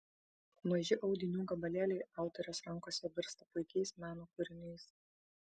maži audinių gabalėliai autorės rankose virsta puikiais meno kūriniais